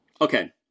okay